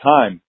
time